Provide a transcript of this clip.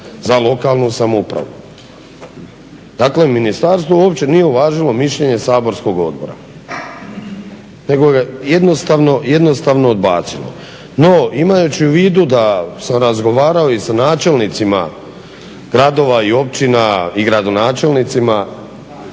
za lokalnu samoupravu. Dakle, ministarstvo uopće nije uvažilo mišljenje saborskog odbora, nego ga je jednostavno odbacila. No, imajući u vidu da sam razgovarao i sa načelnicima gradova i općina i gradonačelnicima